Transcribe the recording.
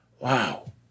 Wow